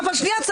אז רק שנייה,